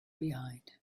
behind